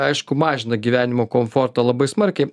aišku mažina gyvenimo komfortą labai smarkiai